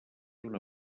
una